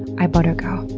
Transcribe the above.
i butter go.